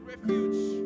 refuge